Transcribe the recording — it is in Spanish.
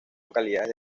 localidades